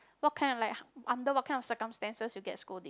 what kind of like under what kind of circumstances you get scolding